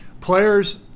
players